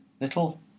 little